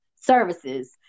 services